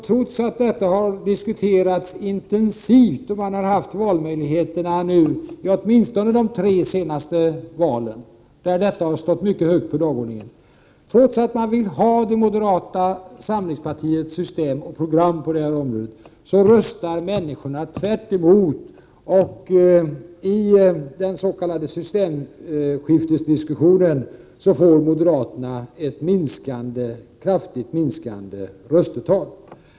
Trots att detta har diskuterats intensivt, trots att valmöjligheterna har funnits vid åtminstone de tre senaste valen, då denna fråga stod mycket högt på dagordningen, och trots att de vill ha moderata samlingspartiets system och program på det här området, röstar människorna tvärtom. I den s.k. systemskiftesdiskussionen får moderaterna ett kraftigt minskande röstetal.